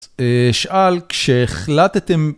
שאל, כשהחלטתם...